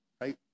right